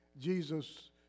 Jesus